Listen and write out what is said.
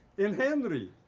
and henry.